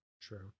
True